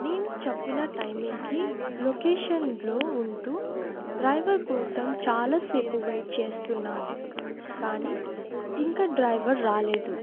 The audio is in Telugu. నేను చెప్పిన టైమింగ్కి లొకేషన్లో ఉంటూ డ్రైవర్ కోసం చాలా సేపు వెయిట్ చేస్తున్నాను కానీ ఇంకా డ్రైవర్ రాలేదు